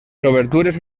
obertures